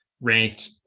ranked